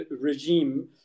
regime